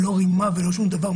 לא רימה ולא שום דבר.